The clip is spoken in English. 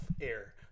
air